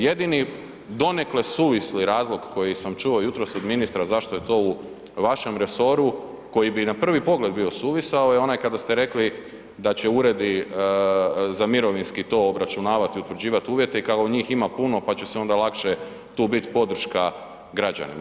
Jedini donekle suvisli razlog koji sam čuo jutros od ministra zašto je to u vašem resoru koji bi na prvi pogled bio suvisao je onaj kada ste rekli da će uredi za mirovinski to obračunavati i utvrđivati uvjete i kao njih ima puno pa će se onda lakše tu bit podrška građanima.